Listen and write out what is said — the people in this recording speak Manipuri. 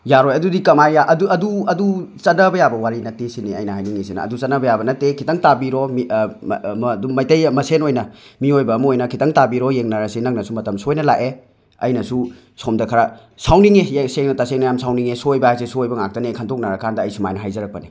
ꯌꯥꯔꯣꯏ ꯑꯗꯨꯗꯤ ꯀꯃꯥꯏ ꯌꯥ ꯑꯗꯨ ꯑꯗꯨ ꯑꯗꯨ ꯆꯠꯅꯕ ꯌꯥꯕ ꯋꯥꯔꯤ ꯅꯠꯇꯦꯁꯤꯅꯤ ꯑꯩꯅ ꯍꯥꯏꯅꯤꯡꯉꯤꯁꯤꯅ ꯑꯗꯨ ꯆꯠꯅꯕ ꯌꯥꯕ ꯅꯠꯇꯦ ꯈꯤꯇꯪ ꯇꯥꯕꯤꯔꯣ ꯃꯤ ꯃ ꯃꯩꯇꯩ ꯃꯁꯦꯟ ꯑꯣꯏꯅ ꯃꯤꯑꯣꯏꯕ ꯑꯃ ꯑꯣꯏꯅ ꯈꯤꯇꯪ ꯇꯥꯕꯤꯔꯣ ꯌꯦꯡꯅꯔꯁꯤ ꯅꯪꯅꯁꯨ ꯃꯇꯝ ꯁꯣꯏꯅ ꯂꯥꯛꯑꯦ ꯑꯩꯅꯁꯨ ꯁꯣꯝꯗ ꯈꯔ ꯁꯥꯎꯅꯤꯡꯉꯤ ꯁꯦꯡꯅ ꯇꯁꯦꯡꯅ ꯌꯥꯝ ꯁꯥꯎꯅꯤꯡꯉꯤ ꯁꯣꯏꯕ ꯍꯥꯏꯁꯦ ꯁꯣꯏꯕ ꯉꯥꯛꯇꯅꯤ ꯈꯟꯇꯣꯛꯅꯔꯀꯥꯟꯗ ꯑꯩ ꯁꯨꯃꯥꯏꯅ ꯍꯥꯏꯖꯔꯛꯄꯅꯤ